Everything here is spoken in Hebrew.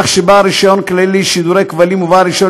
כך שבעל רישיון כללי לשידורי כבלים ובעל רישיון